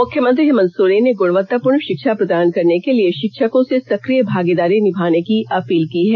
मुख्यमंत्री हेमंत सोरेन ने गुणवत्तापूर्ण षिक्षा प्रदान करने के लिए षिक्षकों से सक्रिय भागीदारी निभाने की अपील की है